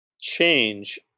change